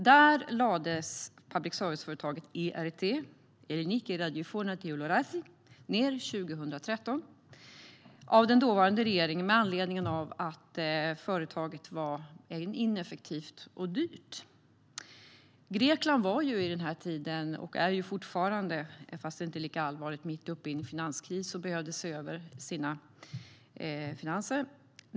Där lades public service-företaget ERT, Elliniki Radiofonia Tileorasi, ned 2013 av den dåvarande regeringen med anledning av att företaget var ineffektivt och dyrt. Grekland var ju vid den här tiden - och är fortfarande, fast inte lika allvarligt - mitt uppe i en finanskris och behövde se över sina finanser.